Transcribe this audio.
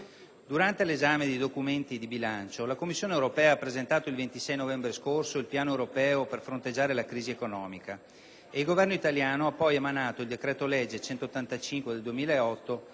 Durante l'esame dei documenti di bilancio, la Commissione europea ha presentato, il 26 novembre scorso, il Piano europeo per fronteggiare la crisi economica. Il Governo italiano ha, poi, emanato il decreto-legge n. 185 del 2008,